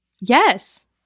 yes